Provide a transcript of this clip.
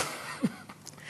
סטנדאפיסט על רגל אחת.